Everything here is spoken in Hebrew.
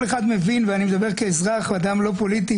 כל אחד מבין, ואני מדבר כאזרח, כאדם לא פוליטי